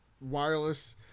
Wireless